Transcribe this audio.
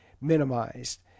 minimized